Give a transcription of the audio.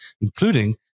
including